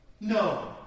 No